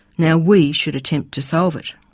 now we should attempt to solve it.